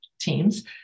teams